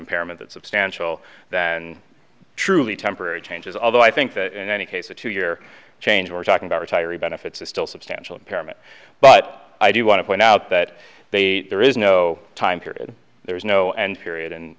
impairment that substantial than truly temporary changes although i think that in any case a two year change we're talking about retiree benefits is still substantial impairment but i do want to point out that the there is no time period there is no and period and